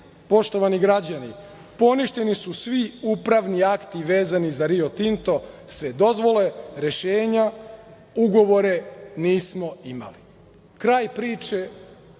poštovani građani, poništeni su svi upravni akti vezani za Rio Tinto, sve dozvole, rešenja, ugovore, nismo imali. Kraj priče